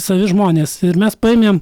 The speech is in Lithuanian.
savi žmonės ir mes paėmėm